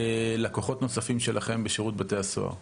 לקוחות נוספים שלכם בשירות בתי הסוהר.